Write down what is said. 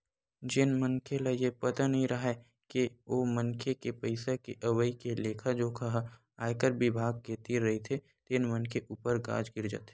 जेन मनखे ल ये पता नइ राहय के ओ मनखे के पइसा के अवई के लेखा जोखा ह आयकर बिभाग के तीर रहिथे तेन मनखे ऊपर गाज गिर जाथे